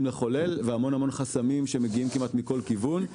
לחולל והמון המון חסמים שמגיעים כמעט מכל כיוון,